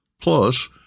Plus